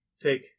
take